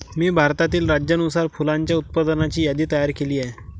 मी भारतातील राज्यानुसार फुलांच्या उत्पादनाची यादी तयार केली आहे